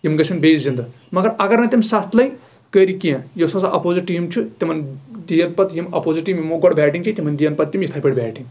تِم گژھَن بیٚیہِ زنٛدٕ اَگر نہٕ ِتِم سَتھ لٔنٛگۍ کٔرۍ کیٚنٛہہ یُس ہاسا اَبوزِٹ ٹیٖم چھُ تِمن دِیہِ پَتہٕ یِم اَپوزِٹ ٹیٖم یِمو گۄڈٕ بیٹِنٛگ چھٕ تِمن دِیَن پَتہٕ تِم یِتھٕے پٲٹھۍ بیٹنٛگ